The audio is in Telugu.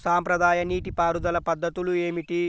సాంప్రదాయ నీటి పారుదల పద్ధతులు ఏమిటి?